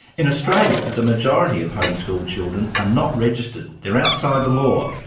in australia, the majority of homeschooled children are not registered. they're outside the law,